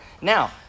Now